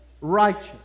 righteous